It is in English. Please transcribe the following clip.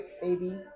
baby